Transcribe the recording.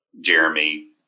Jeremy